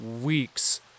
weeks